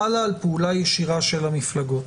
חלה על פעולה ישירה של המפלגות.